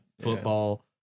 Football